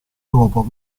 dopo